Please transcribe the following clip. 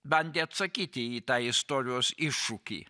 bandė atsakyti į tą istorijos iššūkį